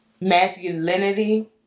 masculinity